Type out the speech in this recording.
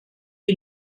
die